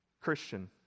Christian